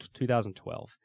2012